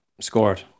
scored